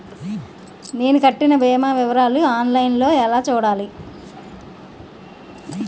నేను కట్టిన భీమా వివరాలు ఆన్ లైన్ లో ఎలా చూడాలి?